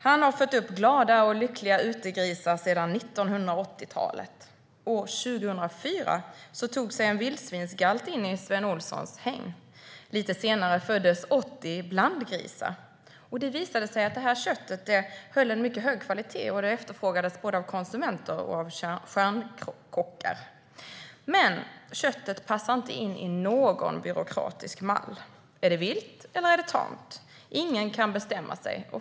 Han har fött upp glada och lyckliga utegrisar sedan 1980-talet. År 2004 tog sig en vildsvinsgalt in i Sven Olssons hägn. Lite senare föddes 80 blandgrisar. Det visade sig att det här köttet höll en mycket hög kvalitet, och det efterfrågades både av konsumenter och av stjärnkockar. Men köttet passar inte in i någon byråkratisk mall. Är det vilt, eller är det tamt? Ingen kan bestämma sig.